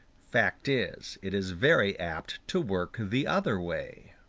fact is, it is very apt to work the other way.